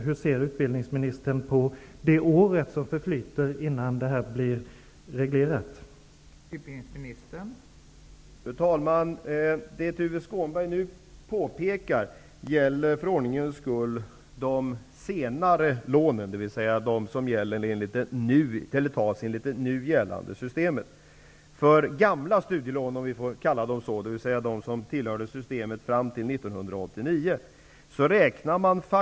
Hur ser utbildningsministern på att det förflyter ett år innan reglering sker?